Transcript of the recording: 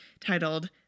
titled